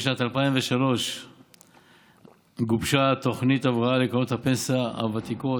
בשנת 2003 גובשה תוכנית הבראה לקרנות הפנסיה הוותיקות,